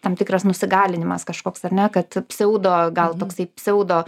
tam tikras nusigalinimas kažkoks ar ne kad psiaudo gal toksai psiaudo